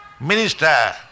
minister